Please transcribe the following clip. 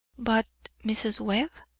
but mrs. webb?